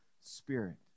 spirit